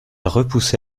repoussa